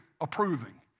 approving